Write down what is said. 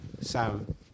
Sam